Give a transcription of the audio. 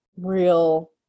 real